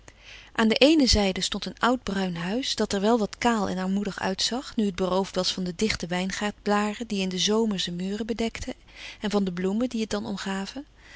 aan de eene zijde stond een oud bruin huis dat er wel wat kaal en armoedig uitzag nu het beroofd was van de dichte wijngaard blâren die in den zomer zijn muren bedekten en van de bloemen die het dan omgaven